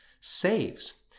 saves